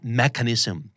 mechanism